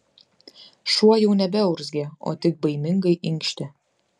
šuo jau nebeurzgė o tik baimingai inkštė